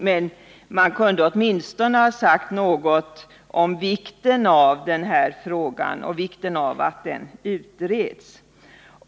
Men man kunde åtminstone ha sagt något om vikten av denna fråga och vikten av att den utreds.